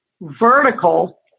vertical